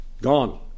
gone